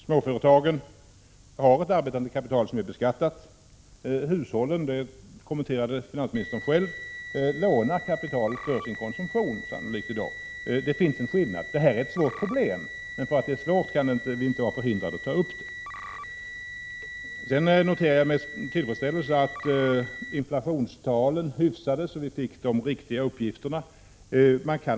Småföretagen har ett arbetande kapital som är beskattat. Hushållen lånar sannolikt kapital för sin konsumtion i dag, vilket kommenterades av finansministern. Det finns alltså en skillnad. Problemet är svårt, men vi kan inte vara förhindrade att ta upp det bara därför att det är svårt. Sedan noterade jag med tillfredsställelse att inflationstalen hyfsades, så att vi fick de riktiga uppgifterna.